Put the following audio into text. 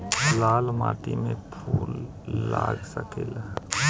लाल माटी में फूल लाग सकेला?